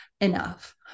enough